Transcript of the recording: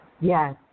Yes